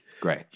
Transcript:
great